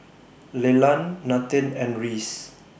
Leland Nathen and Reese